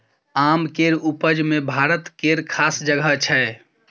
आम केर उपज मे भारत केर खास जगह छै